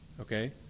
Okay